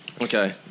Okay